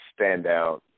standout